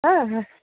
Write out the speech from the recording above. হ্যাঁ হ্যাঁ